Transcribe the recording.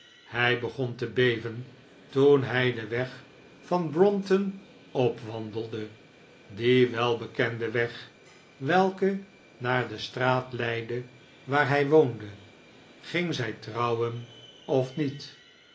hij begon te beven toen hij den weg van brompton opwandelde dien welbekenden weg welke naar de straat leidde waar zij woonde ging zij trouwen of niet